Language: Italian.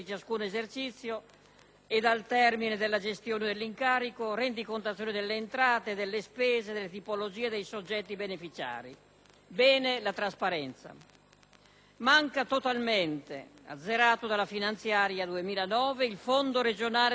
e al termine della gestione dell'incarico (rendicontazione delle entrate, delle spese, delle tipologie dei soggetti beneficiari). Bene la trasparenza. Manca totalmente, azzerato dalla legge finanziaria per il 2009, il fondo regionale di Protezione civile,